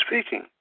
speaking